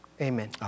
Amen